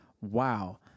Wow